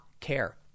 care